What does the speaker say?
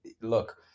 look